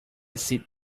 sit